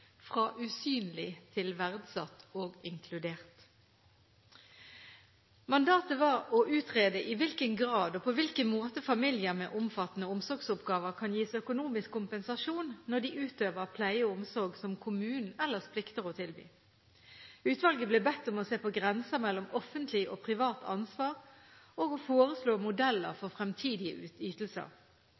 Fra usynlig til verdsatt og inkludert. Mandatet var å utrede i hvilken grad og på hvilken måte familier med omfattende omsorgsoppgaver kan gis økonomisk kompensasjon når de utøver pleie og omsorg som kommunen ellers plikter å tilby. Utvalget ble bedt om å se på grenser mellom offentlig og privat ansvar og å foreslå modeller for fremtidige ytelser.